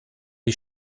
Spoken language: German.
die